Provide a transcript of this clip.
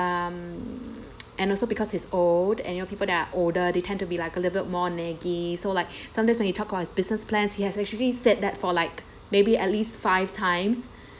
um and also because he's old and you know people that are older they tend to be like a little bit more naggy so like sometimes when he talked about his business plans he has actually said that for like maybe at least five times